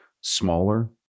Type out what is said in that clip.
smaller